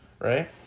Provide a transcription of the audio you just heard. Right